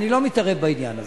אני לא מתערב בעניין הזה.